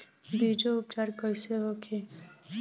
बीजो उपचार कईसे होखे?